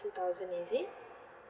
two thousand is it